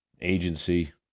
agency